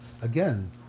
again